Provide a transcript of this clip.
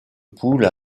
poules